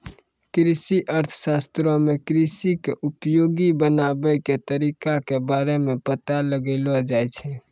कृषि अर्थशास्त्रो मे कृषि के उपयोगी बनाबै के तरिका के बारे मे पता लगैलो जाय छै